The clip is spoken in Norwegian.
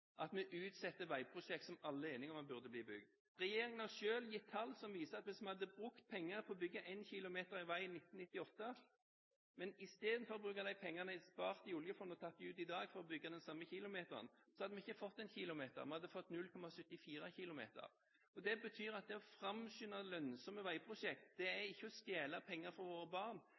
at vi utsetter veiprosjekter som alle er enige om at burde bli bygd. Regjeringen har selv gitt tall som viser at hvis vi hadde brukt penger på å bygge én kilometer vei i 1998 istedenfor at pengene ble spart i oljefondet, og tatt dem ut i dag for å bygge den samme kilometeren, hadde vi ikke fått én kilometer vei, vi hadde fått 0,74 kilometer. Det betyr at det å framskynde lønnsomme veiprosjekter er ikke å stjele penger fra våre barn,